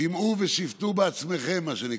שמעו ושפטו בעצמכם, מה שנקרא.